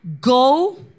Go